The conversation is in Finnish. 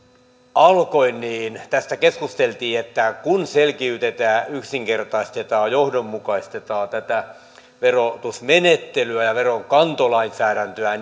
alkoi niin tästä keskusteltiin että kun selkiytetään yksinkertaistetaan johdonmukaistetaan tätä verotusmenettelyä ja veronkantolainsäädäntöä